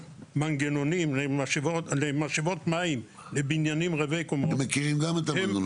המנגנונים למשאבות מים לבניינים רבי-קומות -- גם הם מכירים את המנגנונים.